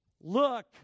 look